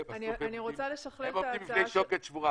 עומדים בפני שוקת שבורה.